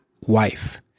wife